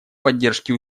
поддержке